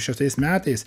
šeštais metais